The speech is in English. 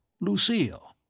Lucille